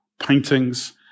paintings